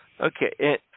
Okay